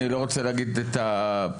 אני לא רוצה להגיד את הפתרון.